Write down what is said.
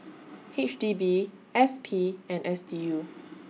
H D B S P and S D U